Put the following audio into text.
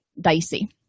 dicey